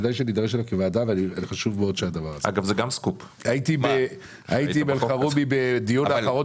אגב, זה גם סקופ, שהיית בחוף כזה.